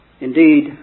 Indeed